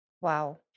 Wow